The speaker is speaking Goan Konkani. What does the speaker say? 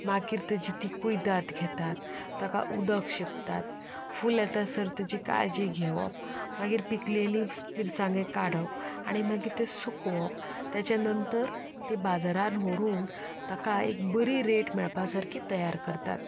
मागीर ताजी तीं कुयदाद घेतात ताका उदक शिंपतात फूल येतासर ताजी काळजी घेवप मागीर पिकिल्ल्यो मिरसांगो काडप आनी मागीर त्यो सुकोवप ताचे नंतर त्यो बाजारांत व्हरून ताका एक बरी रेट मेळपा सारकी तयार करतात